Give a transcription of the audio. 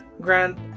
grant